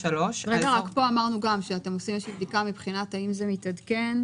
פה אמרנו גם שאתם עושים איזו בדיקה מבחינת האם זה מתעדכן,